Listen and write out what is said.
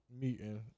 meeting